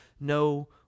no